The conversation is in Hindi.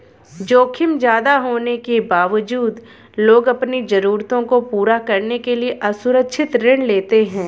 जोखिम ज्यादा होने के बावजूद लोग अपनी जरूरतों को पूरा करने के लिए असुरक्षित ऋण लेते हैं